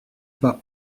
pas